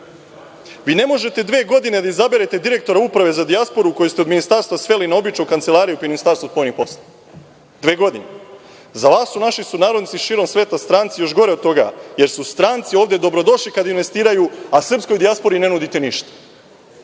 Vi ne možete dve godine da izaberete direktora Uprave za dijasporu koja ste od ministarstva sveli na običnu kancelariju u okviru Ministarstva spoljnih poslova. Dve godine. Za vas su naši sunarodnici širom sveta stranci, još gore od toga, jer su stranci ovde dobrodošli kada investiraju, a srpskoj dijaspori ne nudite